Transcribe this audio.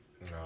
No